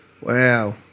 Wow